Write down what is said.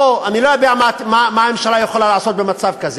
אני לא יודע מה הממשלה יכולה לעשות במצב כזה,